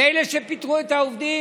שאלה שפיטרו את העובדים,